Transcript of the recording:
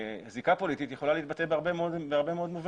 זיקה פוליטית יכולה להתבטא בהרבה מאוד מובנים.